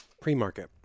pre-market